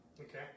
Okay